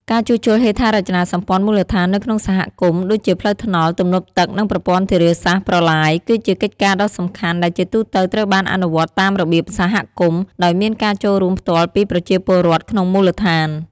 ការជួសជុលហេដ្ឋារចនាសម្ព័ន្ធមូលដ្ឋាននៅក្នុងសហគមន៍ ដូចជាផ្លូវថ្នល់ ទំនប់ទឹក និងប្រព័ន្ធធារាសាស្ត្រ-ប្រឡាយ គឺជាកិច្ចការដ៏សំខាន់ដែលជាទូទៅត្រូវបានអនុវត្តតាមរបៀបសហគមន៍ ដោយមានការចូលរួមផ្ទាល់ពីប្រជាពលរដ្ឋក្នុងមូលដ្ឋាន។